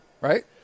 Right